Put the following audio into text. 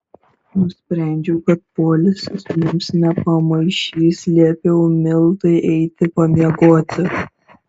nusprendžiau kad poilsis mums nepamaišys liepiau mildai eiti pamiegoti